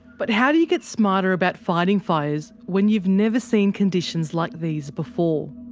but how do you get smarter about fighting fires, when you've never seen conditions like these before?